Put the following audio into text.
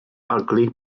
ugly